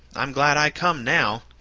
i'm glad i come, now.